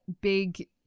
big